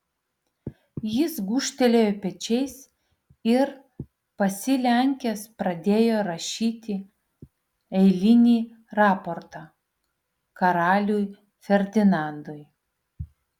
jis gūžtelėjo pečiais ir pasilenkęs pradėjo rašyti eilinį raportą karaliui ferdinandui